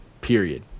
Period